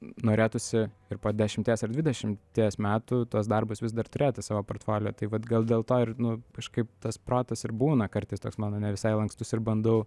norėtųsi ir po dešimties ar dvidešimties metų tuos darbus vis dar turėti savo portfolio tai vat gal dėl to ir nu kažkaip tas protas ir būna kartais toks mano ne visai lankstus ir bandau